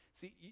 See